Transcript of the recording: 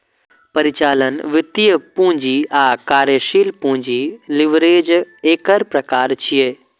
परिचालन, वित्तीय, पूंजी आ कार्यशील पूंजी लीवरेज एकर प्रकार छियै